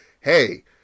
hey